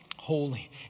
Holy